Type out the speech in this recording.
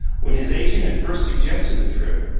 when his agent had first suggested the trip,